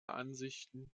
ansichten